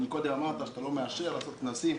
וקודם אמרת שאתה לא מאשר לעשות כנסים.